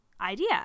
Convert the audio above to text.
idea